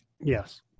Yes